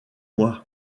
moi